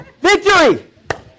victory